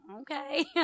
Okay